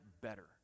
better